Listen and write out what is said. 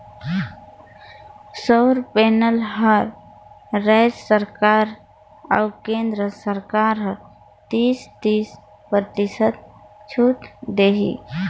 सउर पैनल बर रायज सरकार अउ केन्द्र सरकार हर तीस, तीस परतिसत छूत देही